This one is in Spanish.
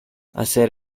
hacer